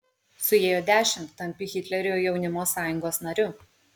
suėjo dešimt tampi hitlerio jaunimo sąjungos nariu